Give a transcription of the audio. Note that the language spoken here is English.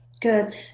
good